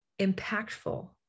impactful